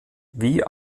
wie